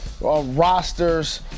rosters